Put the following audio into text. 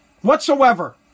Whatsoever